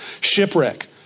shipwreck